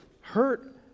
hurt